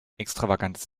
extravagantes